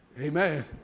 Amen